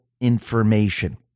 information